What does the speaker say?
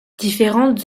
différentes